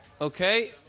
Okay